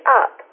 up